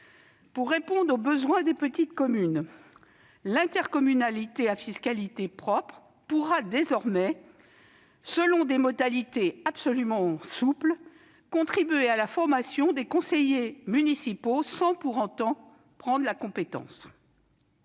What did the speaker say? Pour répondre aux besoins des petites communes, l'intercommunalité à fiscalité propre pourra désormais, selon des modalités absolument souples, contribuer à la formation des conseillers municipaux, sans exercer cette compétence